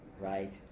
right